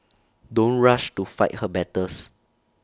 don't rush to fight her battles